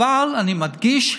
אבל אני מדגיש,